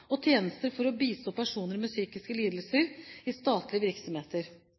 og tjenester for å bistå personer med psykiske lidelser i statlige virksomheter.